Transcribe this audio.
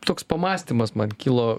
toks pamąstymas man kilo